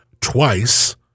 twice